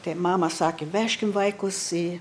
tai mama sakė vežkim vaikus į